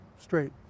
straight